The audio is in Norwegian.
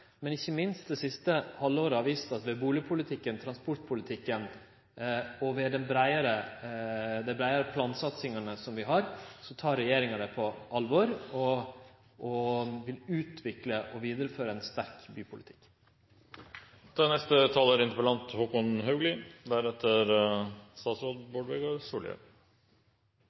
Ikkje minst det siste halve året har vist at når det gjeld bustadpolitikken, transportpolitikken og dei breiare plansatsingane som vi har, tek regjeringa dette på alvor, og vi vil utvikle og vidareføre ein sterk